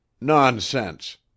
Nonsense